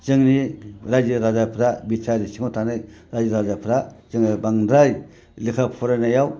जोंनि रायजो राजाफ्रा जोंनि बिटिआरनि सिङाव थानाय रायजो राजाफ्रा जोङो बांद्राय लेखा फरायनायाव